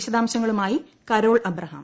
വിശദാംശങ്ങളുമായി Carol Abraham